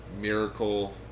Miracle